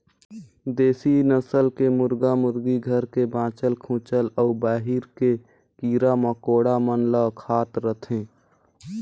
देसी नसल के मुरगा मुरगी घर के बाँचल खूंचल अउ बाहिर के कीरा मकोड़ा मन ल खात रथे